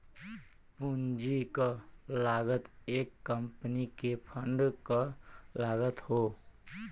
पूंजी क लागत एक कंपनी के फंड क लागत हौ